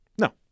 No